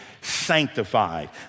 sanctified